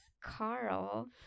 carl